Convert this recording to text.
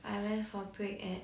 I went for break at